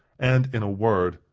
and, in a word,